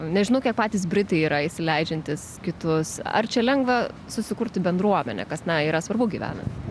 nežinau kiek patys britai yra įsileidžiantys kitus ar čia lengva susikurti bendruomenę kas na yra svarbu gyvenant